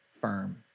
firm